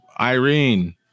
Irene